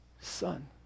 Son